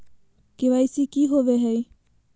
KYC की हॉबे हय?